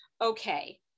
Okay